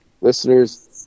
listeners